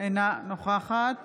אינה נוכחת